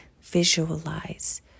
visualize